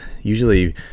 Usually